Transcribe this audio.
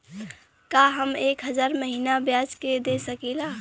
का हम एक हज़ार महीना ब्याज दे सकील?